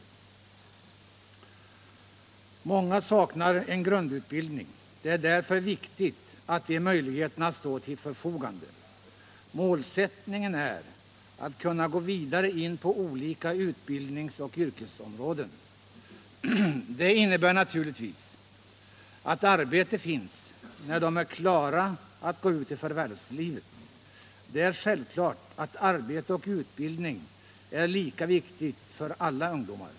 Många saknar grundutbildning. Det är därför viktigt att utbildningsmöjligheter står till förfogande. Målsättningen är att de skall kunna gå vidare in på olika utbildningsoch yrkesområden. Det innebär naturligtvis att arbete måste finnas när de är klara att gå ut i förvärvslivet. Det är självklart att arbete och utbildning är lika viktigt för alla ungdomar.